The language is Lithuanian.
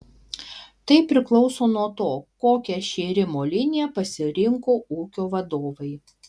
tai priklauso nuo to kokią šėrimo liniją pasirinko ūkio vadovai